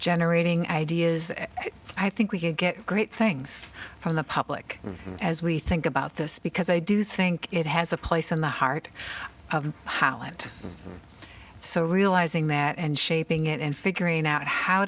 generating ideas i think we get great things from the public as we think about this because i do think it has a place in the heart of holland so realizing that and shaping it and figuring out how